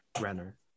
Renner